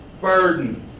burden